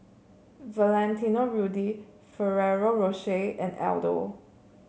Valentino Rudy Ferrero Rocher and Aldo